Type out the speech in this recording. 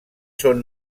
són